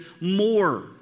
more